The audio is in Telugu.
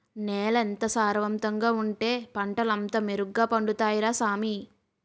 నేలెంత సారవంతంగా ఉంటే పంటలంతా మెరుగ్గ పండుతాయ్ రా సామీ